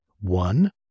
One